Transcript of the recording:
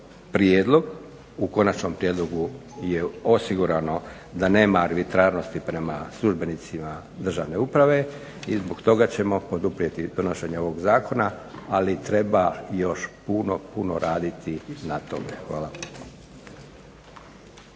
prijedlog, u konačnom prijedlogu je osigurano da nema arbitrarnosti prema službenicima državne uprave i zbog toga ćemo poduprijeti donošenje ovog zakona, ali treba još puno, puno raditi na tome. Hvala.